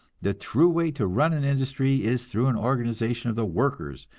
the true way to run an industry is through an organization of the workers,